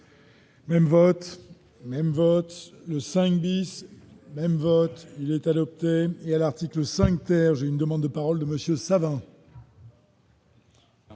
Même vote même vote le 5 bis même vote il est adopté et à l'article 5 terre j'ai une demande de parole de monsieur